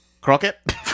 Crockett